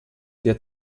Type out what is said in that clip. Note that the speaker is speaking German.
der